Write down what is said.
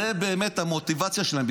זו באמת המוטיבציה שלהם,